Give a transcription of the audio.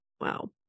wow